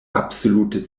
absolute